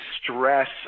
stress